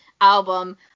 album